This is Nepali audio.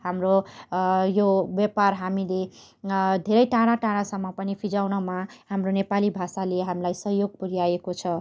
हाम्रो यो व्यापार हामीले धेरै टाडा टाडासम्म पनि फिँजाउनमा हाम्रो नेपाली भाषाले हामीलाई सहयोग पुऱ्याएको छ